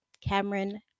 Cameron